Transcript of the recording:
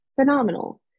phenomenal